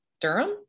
Durham